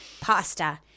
pasta